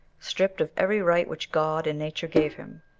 stripped of every right which god and nature gave him,